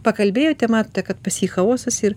pakalbėjote matote kad pas jį chaosas ir